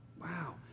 Wow